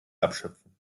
abschöpfen